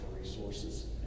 Resources